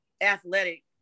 athletic